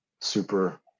super